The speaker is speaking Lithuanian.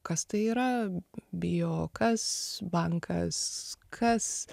kas tai yra bo kas bankas kas